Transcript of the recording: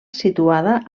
situada